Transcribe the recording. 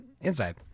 inside